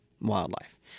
wildlife